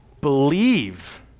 believe